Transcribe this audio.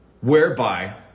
whereby